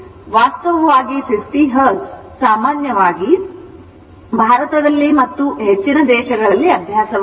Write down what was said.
ವಾಸ್ತವವಾಗಿ 50 Hertz ಸಾಮಾನ್ಯವಾಗಿ ಭಾರತದಲ್ಲಿ ಮತ್ತು ಹೆಚ್ಚಿನ ದೇಶಗಳಲ್ಲಿ ಅಭ್ಯಾಸವಾಗಿದೆ